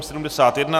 71.